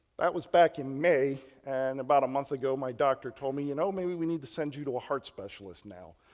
that was back in may and about a month ago my doctor told me, you know, maybe we need to send you to a heart specialist now.